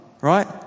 right